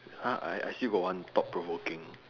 uh I I still got one thought provoking